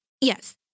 Yes